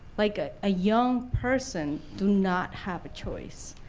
like ah a young person do not have a choice.